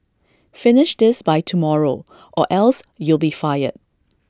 finish this by tomorrow or else you'll be fired